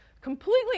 completely